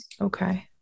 Okay